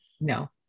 No